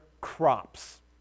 crops